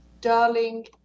darling